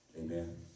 Amen